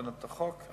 מבחינת החוק,